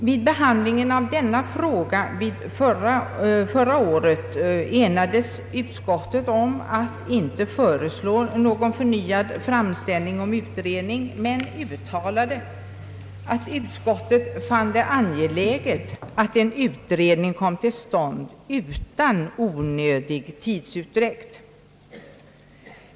Vid behandlingen av denna fråga förra året enades utskottet om att inte föreslå någon förnyad framställning om utredning men uttalade att utskottet fann det angeläget att en utredning kom till stånd utan onödig tidsutdräkt.